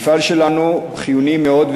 המפעל שלנו חיוני מאוד,